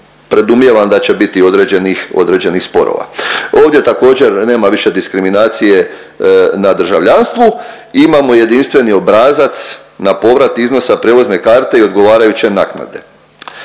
predumijevam da će biti određenih, određenih sporova. Ovdje također nema više diskriminacije na državljanstvu. Imamo jedinstveni obrazac na povrat iznosa prijevozne karte i odgovarajuće naknade.